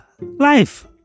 life